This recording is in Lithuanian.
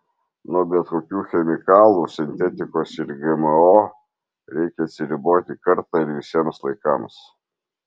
nuo bet kokių chemikalų sintetikos ir gmo reikia atsiriboti kartą ir visiems laikams